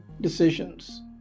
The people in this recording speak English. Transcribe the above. decisions